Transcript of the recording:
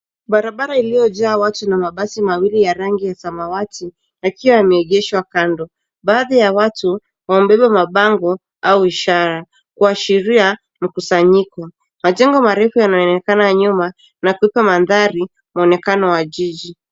Barabara iliyojaa watu na mabasi mawili ya rangi ya samawati, yakiwa yameegeshwa kando. Baadhi ya watu wamebeba mabango au ishara, kuashiria, mkusanyiko. Majengo marefu yanaonekana nyuma, nakupa mandhari, mwonekano wa jiji.